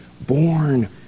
born